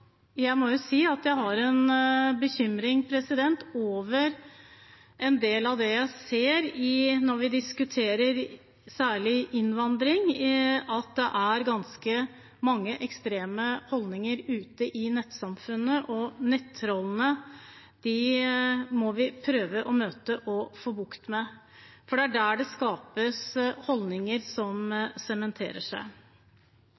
en del av det jeg ser når vi diskuterer. Særlig når det gjelder innvandring, er det ganske mange ekstreme holdninger ute i nettsamfunnene. Nettrollene må vi prøve å møte og få bukt med, for det er de som skaper holdninger som